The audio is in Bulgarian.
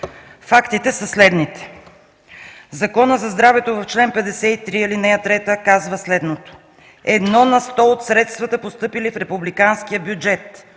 фактите са следните – в Закона за здравето, чл. 53, ал. 3 казва следното: „Едно на сто от средствата, постъпили в републиканския бюджет